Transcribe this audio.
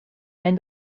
and